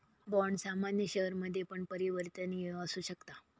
bond सामान्य शेयरमध्ये पण परिवर्तनीय असु शकता